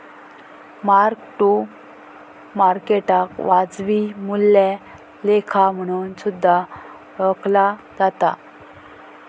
mark to मार्केटाक वाजवी मूल्या लेखा म्हणून सुद्धा ओळखला जाता